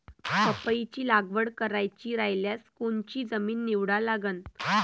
पपईची लागवड करायची रायल्यास कोनची जमीन निवडा लागन?